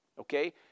Okay